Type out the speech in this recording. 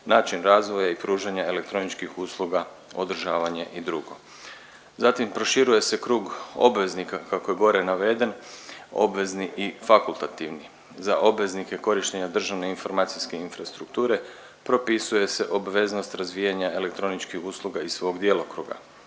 način razvoja i pružanja elektroničkih usluga, održavanje i drugo. Zatim proširuje se krug obveznika kako je gore naveden. Obvezni i fakultativni. Za obveznike korištenja državne informacijske infrastrukture propisuje se obveznost razvijanja elektroničkih usluga iz svog djelokruga.